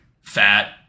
fat